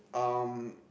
um